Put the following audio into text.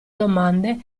domande